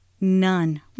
None